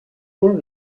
molt